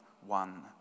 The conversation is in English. one